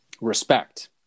respect